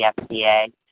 FDA